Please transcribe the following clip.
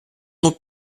nous